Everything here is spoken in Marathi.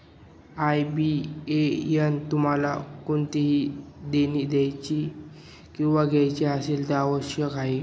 आय.बी.ए.एन तुम्हाला कोणतेही देणी द्यायची किंवा घ्यायची असल्यास आवश्यक आहे